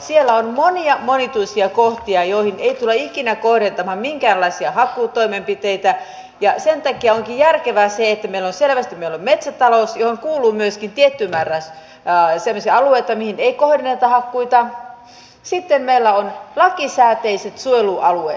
siellä on monia monituisia kohtia joihin ei tulla ikinä kohdentamaan minkäänlaisia hakkuutoimenpiteitä ja sen takia onkin järkevää se että meillä on selvästi metsätalous johon kuuluu myöskin tietty määrä semmoisia alueita mihin ei kohdenneta hakkuita ja sitten meillä on lakisääteiset suojelualueet